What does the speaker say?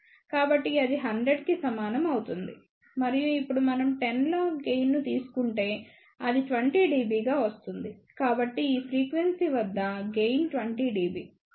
కాబట్టి అది 100 కి సమానం అవుతుంది మరియు ఇప్పుడు మనం 10 లాగ్ గెయిన్ ను తీసుకుంటే అది 20 dB గా వస్తుంది కాబట్టి ఈ ఫ్రీక్వెన్సీ వద్ధ గెయిన్ 20 dB